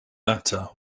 latter